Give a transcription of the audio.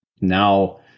Now